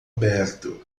aberto